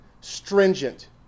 stringent